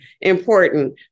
important